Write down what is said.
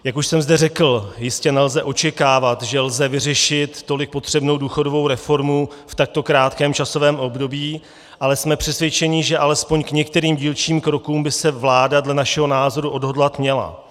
Jak už jsem zde řekl, jistě nelze očekávat, že lze vyřešit tolik potřebnou důchodovou reformu v takto krátkém časovém období, ale jsme přesvědčeni, že alespoň k některým dílčím krokům by se vláda dle našeho názoru odhodlat měla.